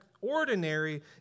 ordinary